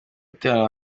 gutera